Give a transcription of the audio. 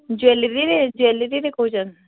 ଜ୍ଵେଲେରିରେ ଜ୍ଵେଲେରିରେ କହୁଛନ୍